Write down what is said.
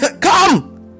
come